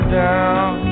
down